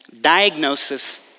diagnosis